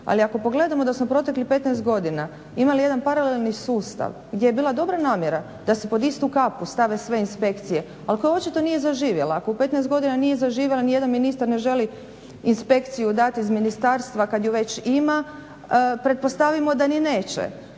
Ali ako pogledamo da smo proteklih 15 godina imali jedan paralelni sustav gdje je bila dobra namjera da se pod istu kapu stave sve inspekcije ali koja očito nije zaživjela. Ako u 15 godina nije zaživjela nijedan ministar ne želi inspekciju dati iz ministarstva kad je već ima pretpostavimo da ni neće.